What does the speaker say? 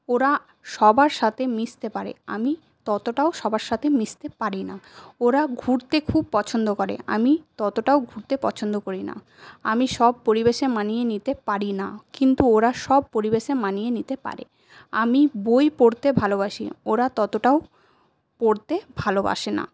ওরা সবার সাথে মিশতে পারে আমি ততটাও সবার সাথে মিশতে পারি না ওরা ঘুরতে খুব পছন্দ করে আমি ততটাও ঘুরতে পছন্দ করি না আমি সব পরিবেশে মানিয়ে নিতে পারি না কিন্তু ওরা সব পরিবেশে মানিয়ে নিতে পারে আমি বই পড়তে ভালোবাসি ওরা ততটাও পড়তে ভালবাসে না